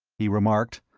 he remarked,